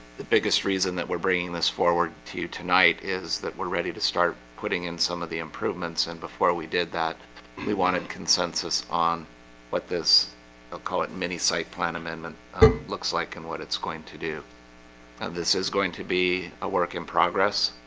the biggest reason that we're bringing this forward to you tonight is that we're ready to start putting in some of the improvements and before we did that we wanted consensus on what this i'll call it mini site plan amendment looks like and what it's going to do now this is going to be a work in progress